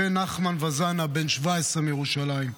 ונחמן ואזנה, בן 17, מירושלים.